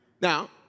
Now